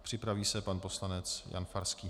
Připraví se pan poslanec Jan Farský.